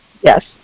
yes